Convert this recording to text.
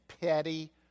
petty